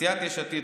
סיעת יש עתיד,